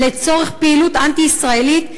לצורך פעילות אנטי-ישראלית.